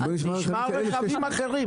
בואו נשמע על רכבים אחרים.